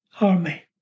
army